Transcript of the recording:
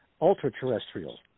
ultra-terrestrial